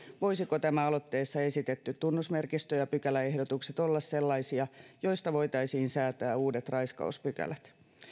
voisivatko tämä aloitteessa esitetty tunnusmerkistö ja pykäläehdotukset olla sellaisia joista voitaisiin säätää uudet raiskauspykälät